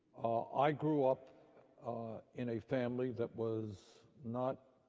i grew up in a family that was not